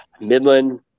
Midland